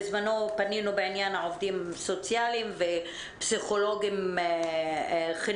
בזמנו פנינו בעניין העובדים הסוציאליים ופסיכולוגים חינוכיים,